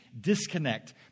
disconnect